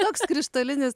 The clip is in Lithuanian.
toks krištolinis